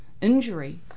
injury